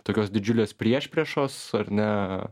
tokios didžiulės priešpriešos ar ne